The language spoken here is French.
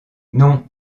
non